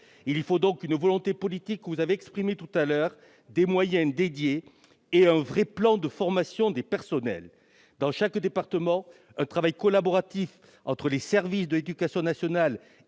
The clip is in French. Il y faut une volonté politique, que vous avez exprimée il y a quelques instants, des moyens spécifiques et un vrai plan de formation des personnels. Dans chaque département, un travail collaboratif entre les services de l'éducation nationale